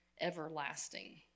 everlasting